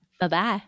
Bye-bye